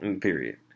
period